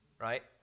right